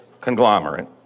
conglomerate